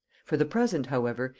for the present, however,